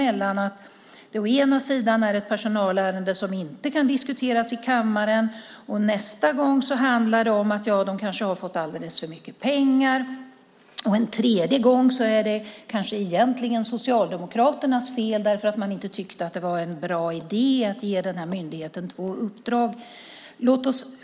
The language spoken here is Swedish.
Ena gången är det ett personalärende som inte kan diskuteras i kammaren. Nästa gång handlar det om att de kanske har fått alldeles för mycket pengar. En tredje gång är det kanske Socialdemokraternas fel därför att man inte tyckte att det var en bra idé att ge den här myndigheten två uppdrag.